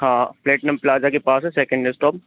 हाँ Platinum Plaza के पास है सेकेंड इस्टॉप